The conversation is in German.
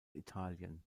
italien